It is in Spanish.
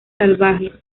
salvaje